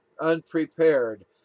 unprepared